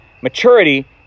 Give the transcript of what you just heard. maturity